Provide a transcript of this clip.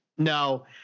No